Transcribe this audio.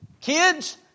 kids